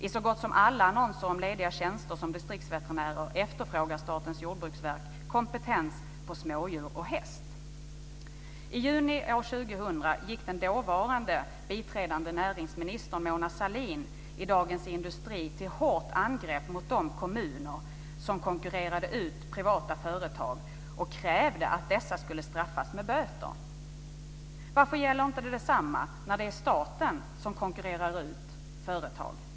I så gott som alla annonser om lediga tjänster som distriktsveterinär efterfrågar SJV kompetens på smådjur och häst. I juni år 2000 gick den dåvarande biträdande näringsministern Mona Sahlin i Dagens Industri till hårt angrepp mot de kommuner som konkurrerade ut privata företag och krävde att dessa skulle straffas med böter. Varför gäller inte detsamma när det är staten som konkurrerar ut företag?